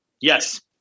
Yes